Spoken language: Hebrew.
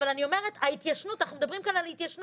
אבל אנחנו מדברים כאן על התיישנות,